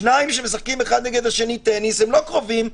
שניים שמשחקים טניס אחד נגד השני, הם לא קרובים.